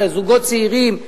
זוגות צעירים.